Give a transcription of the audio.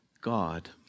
God